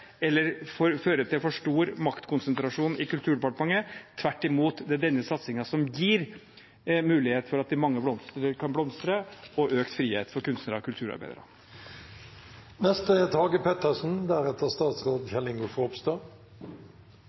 eller fører til for stor maktkonsentrasjon i Kulturdepartementet. Tvert imot – det er denne satsingen som gir mulighet for at de mange blomster kan blomstre, og økt frihet for kunstnere og